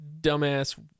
dumbass